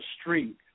street